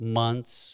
months